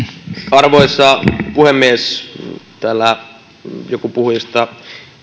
arvoisa puhemies kun täällä joku puhujista